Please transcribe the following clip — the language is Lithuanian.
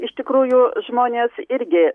iš tikrųjų žmonės irgi